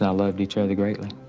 and loved each other greatly.